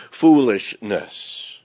foolishness